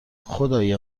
خدای